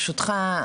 ברשותך,